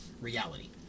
reality